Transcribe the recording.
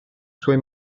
suoi